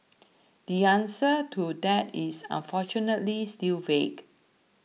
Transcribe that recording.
the answer to that is unfortunately still vague